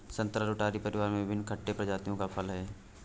संतरा रुटासी परिवार में विभिन्न खट्टे प्रजातियों का फल है